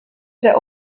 der